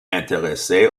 intéressé